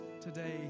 today